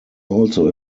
also